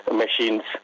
machines